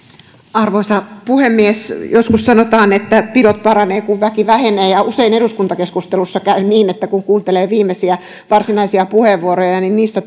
arvoisa puhemies joskus sanotaan että pidot paranee kun väki vähenee ja usein eduskuntakeskustelussa käy niin että kun kuuntelee viimeisiä varsinaisia puheenvuoroja niissä